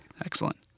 Excellent